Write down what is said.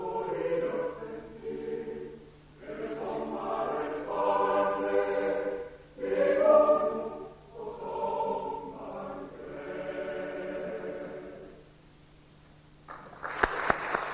Jag vill på mina och kammarens vägnar tacka kammarsekreteraren och riksdagens personal för det mycket goda och uppoffrande arbete som ni lagt ned under detta arbetstyngda riksmöte.